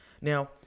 Now